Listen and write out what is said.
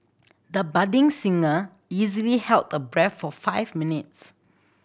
the budding singer easily held the breath for five minutes